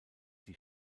die